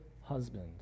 husband